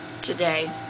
today